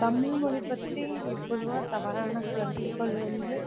தமிழ்மொழி பற்றி பொதுவாக தவறான கருத்துகள் வந்து